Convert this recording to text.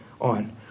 on